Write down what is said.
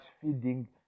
feeding